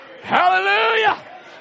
Hallelujah